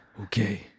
Okay